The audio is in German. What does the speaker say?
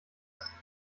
ist